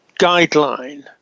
guideline